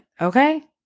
okay